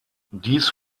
dies